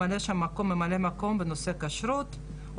לפני שאני אתייחס לסוגיה של קציבת כהונה בשירות המדינה